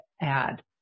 add